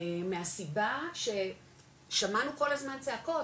מהסיבה ששמענו כל הזמן צעקות,